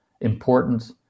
important